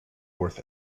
worth